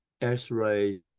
x-ray